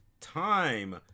time